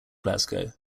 glasgow